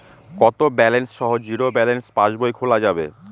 কত ব্যালেন্স সহ zero balance পাসবই খোলা যাবে?